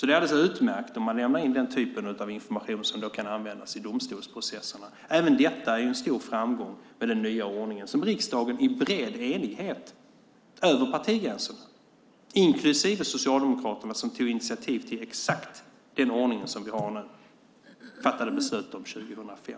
Det är alldeles utmärkt om man lämnar in den typen av information som kan användas i domstolsprocesserna. Även detta är en stor framgång med den nya ordningen, som riksdagen i bred enighet, över partigränserna, inklusive Socialdemokraterna som tog initiativ till exakt den ordning som vi har nu, fattade beslut om 2005.